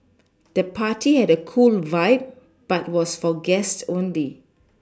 the party had a cool vibe but was for guest only